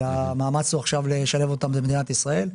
אלא המאמץ הוא עכשיו לשלב אותם בבניית ישראל.